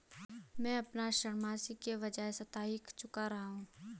मैं अपना ऋण मासिक के बजाय साप्ताहिक चुका रहा हूँ